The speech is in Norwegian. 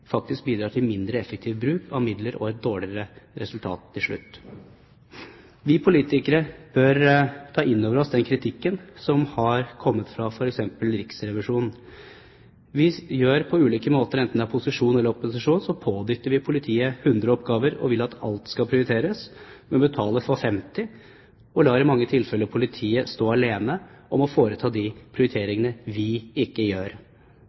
faktisk bidrar til mindre effektiv bruk av midler og et dårligere resultat til slutt. Vi politikere bør ta inn over oss den kritikken som har kommet fra f.eks. Riksrevisjonen. På ulike måter – enten det er posisjon eller opposisjon – pådytter vi politiet hundre oppgaver og vil at alt skal prioriteres, men betaler for femti, og lar i mange tilfeller politiet stå alene om å foreta de prioriteringene vi ikke gjør.